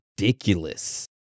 ridiculous